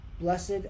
Blessed